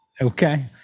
Okay